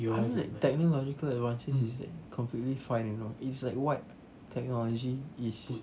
I mean like technological advances these days completely fine you know it's like what technology is